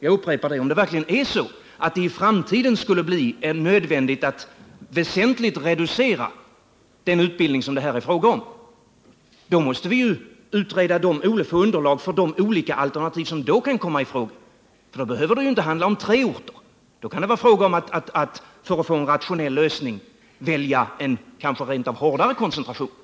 Jag upprepar: Om det verkligen är så, att det i framtiden skulle bli nödvändigt att väsentligt reducera den utbildning som det här är fråga om, måste vi ju först utreda saken för att få underlag för de olika alternativ som då kan komma i fråga. Då behöver det ju inte handla om tre orter, utan då kan det kanske för att vi skall få en rationell lösning vara fråga om att välja en rent av hårdare koncentration än nu.